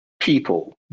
people